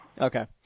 Okay